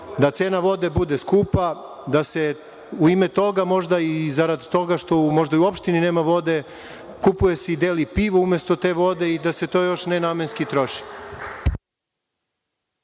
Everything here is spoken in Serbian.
da cena vode bude skupa, da se u ime toga možda i zarad toga što možda i u opštini nema vode kupuje i deli pivo umesto te vode i da se to još nenamenski